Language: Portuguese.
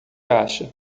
acha